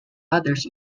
others